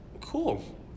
cool